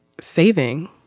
saving